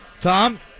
Tom